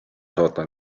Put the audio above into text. saada